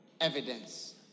evidence